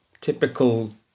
typical